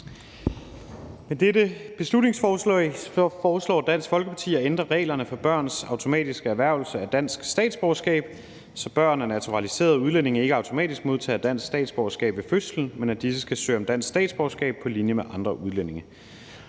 Med dette beslutningsforslag foreslår Dansk Folkeparti at ændre reglerne for børns automatiske erhvervelse af dansk statsborgerskab, så børn af naturaliserede udlændinge ikke automatisk modtager dansk statsborgerskab ved fødslen, men at disse skal søge om dansk statsborgerskab på linje med andre udlændinge.